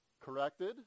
corrected